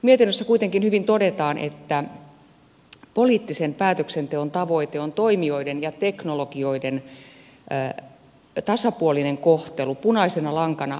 mietinnössä kuitenkin hyvin todetaan että poliittisen päätöksenteon tavoite on toimijoiden ja teknologioiden tasapuolinen kohtelu punaisena lankana kuluttajan etu